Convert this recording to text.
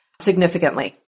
significantly